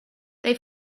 they